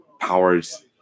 powers